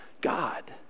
God